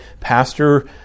pastor